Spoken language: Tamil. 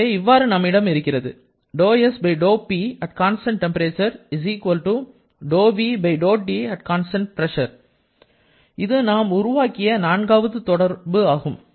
எனவே இவ்வாறு நம்மிடம் இருக்கிறது இது நாம் உருவாக்கிய நான்காவது தொடர்பு ஆகும்